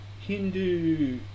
Hindu